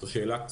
זו שאלה,